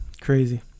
Crazy